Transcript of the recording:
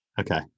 Okay